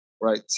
right